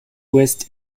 west